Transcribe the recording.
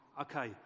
okay